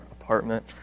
apartment